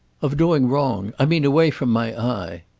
of doing wrong. i mean away from my eye.